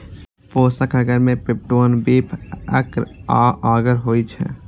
पोषक अगर मे peptone, beef अर्क आ अगर होइ छै